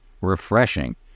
refreshing